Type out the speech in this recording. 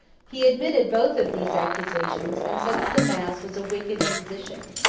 he admitted both of these accusations, and said that the mass was a wicked imposition.